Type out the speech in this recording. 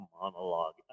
monologue